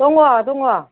दङ दङ